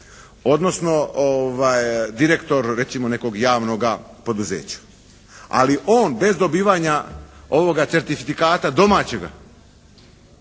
odnosno direktor recimo nekog javnoga poduzeća. Ali on bez dobivanja ovoga certifikata domaćega